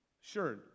sure